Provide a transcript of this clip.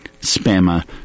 spammer